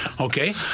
okay